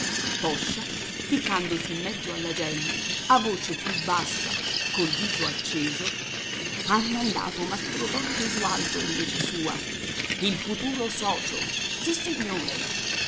poscia ficcandosi in mezzo alla gente a voce più bassa col viso acceso ha mandato mastro don gesualdo in vece sua il futuro socio sissignore